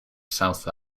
south